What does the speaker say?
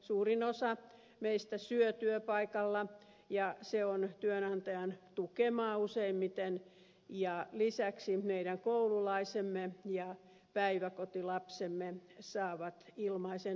suurin osa meistä syö työpaikalla ja se on työnantajan tukemaa useimmiten ja lisäksi meidän koululaisemme ja päiväkotilapsemme saavat ilmaisen